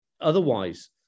otherwise